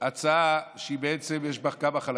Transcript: הצעה שבעצם יש בה כמה חלקים.